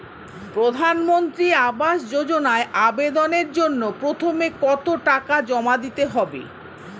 প্রধানমন্ত্রী আবাস যোজনায় আবেদনের জন্য প্রথমে কত টাকা জমা দিতে হবে?